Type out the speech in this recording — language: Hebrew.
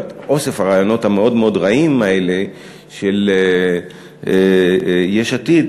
באוסף הרעיונות המאוד מאוד רעים האלה של יש עתיד,